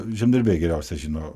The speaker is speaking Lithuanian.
žemdirbiai geriausia žino